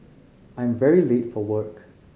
I'm very late for work